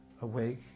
awake